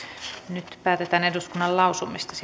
nyt päätetään eduskunnan lausumista